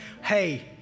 Hey